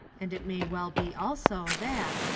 and it may well be also that,